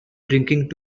drinking